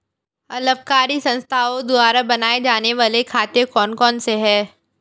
अलाभकारी संस्थाओं द्वारा बनाए जाने वाले खाते कौन कौनसे हैं?